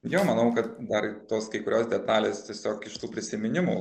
jo manau kad dar tos kai kurios detalės tiesiog iš tų prisiminimų